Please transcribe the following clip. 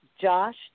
Josh